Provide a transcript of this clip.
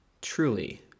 Truly